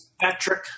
Patrick